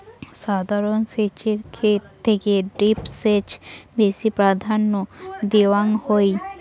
সাধারণ সেচের থেকে ড্রিপ সেচক বেশি প্রাধান্য দেওয়াং হই